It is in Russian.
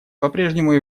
попрежнему